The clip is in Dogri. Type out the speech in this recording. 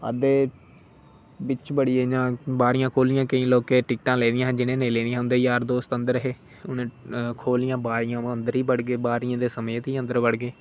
अद्धे बिच बड़ी गे इयां बारियां खोलियां केंई लोकें केंई लोकें टिकटां लेई दियां हियां जिनें नेईं लेई दियां हियां उंदे जार दोस्त अंदर हे उनें खोलियां बारियां अंदर ही बड़ी गे बारियै दे समेत ही अंदर बड़ी गै